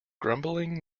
grumbling